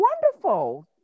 Wonderful